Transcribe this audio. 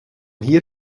hier